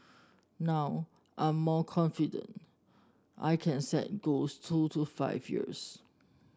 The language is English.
now I'm more confident I can set goals two to five years